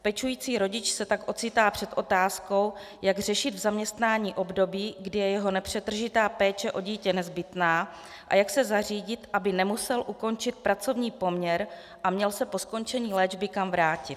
Pečující rodič se tak ocitá před otázkou, jak řešit zaměstnání v období, kdy je jeho nepřetržitá péče o dítě nezbytná, a jak to zařídit, aby nemusel ukončit pracovní poměr a měl se po skončení léčby kam vrátit.